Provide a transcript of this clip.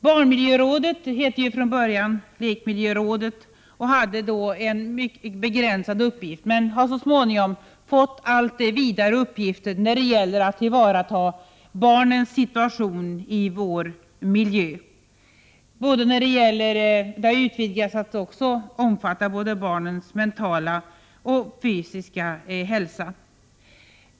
Barnmiljörådet hette från början lekmiljörådet och hade då en begränsad uppgift, men rådet har så småningom fått allt vidare uppgifter när det gäller barnens situation i vår miljö. De har utvidgats till att omfatta både barnens mentala och deras fysiska hälsa.